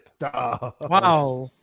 Wow